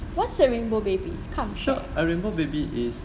what is a rainbow baby come show